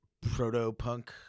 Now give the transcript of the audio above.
proto-punk